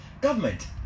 government